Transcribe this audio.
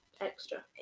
extra